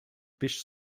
fish